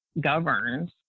governs